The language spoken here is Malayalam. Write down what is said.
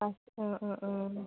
ആ ആ ആ ആ